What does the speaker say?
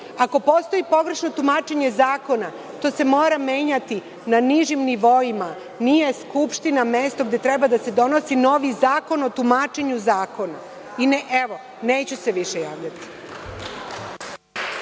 postoji pogrešno tumačenje zakona, to se mora menjati na nižim nivoima. Nije Skupština mesto gde treba da se donosi novi zakon o tumačenju zakona. Neću se više javljati.